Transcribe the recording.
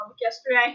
yesterday